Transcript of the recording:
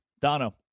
Dono